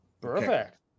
Perfect